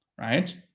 Right